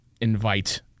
invite